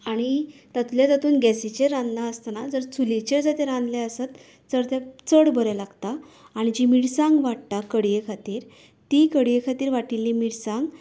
आनी तातूंतल्या तातूंत गेसीचेर रांदनासतना जर चुलीचेर जर रांदले आसत तर ते चड बरें लागता आनी जी मिरसांग वांटटा कडये खातीर ती कडये खातीर वाटिल्ली मिरसांग